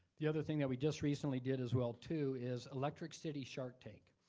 the other thing that we just recently did as well too, is electric city shark tank.